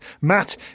Matt